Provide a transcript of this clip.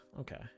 Okay